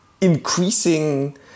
increasing